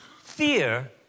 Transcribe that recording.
fear